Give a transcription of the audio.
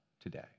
today